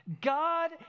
God